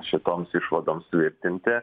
šitoms išvadoms tvirtinti